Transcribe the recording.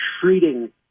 treating